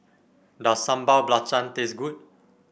does Sambal Belacan taste good